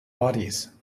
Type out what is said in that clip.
bodies